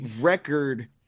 record